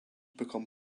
become